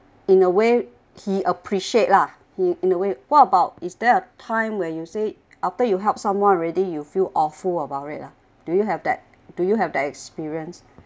in a way he appreciate lah in a way what about is there a time when you say after you help someone already you feel awful about it lah do you have that do you have that experience